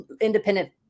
independent